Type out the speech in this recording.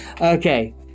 Okay